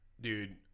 Dude